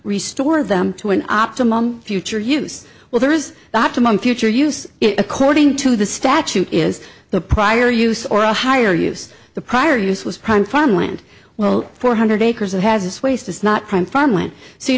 restore them to an optimum future use well there is the optimum future use according to the statute is the prior use or a higher use the prior use was prime farmland well four hundred acres it has this waste is not